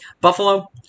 Buffalo